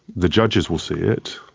the judges will see it,